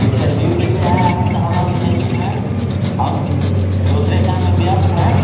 interview के लिए आया है तो हम अभी नहीं हैं हम दूसरे काम में व्यस्त हैं